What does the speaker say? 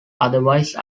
otherwise